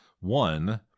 One